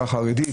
חרדית.